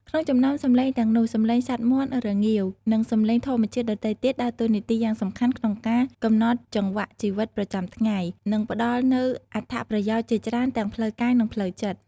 ក្នុងចំណោមសំឡេងទាំងនោះ សំឡេងសត្វមាន់រងាវ និងសំឡេងធម្មជាតិដទៃទៀតដើរតួនាទីយ៉ាងសំខាន់ក្នុងការកំណត់ចង្វាក់ជីវិតប្រចាំថ្ងៃ និងផ្ដល់នូវអត្ថប្រយោជន៍ជាច្រើនទាំងផ្លូវកាយ និងផ្លូវចិត្ត។